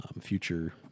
future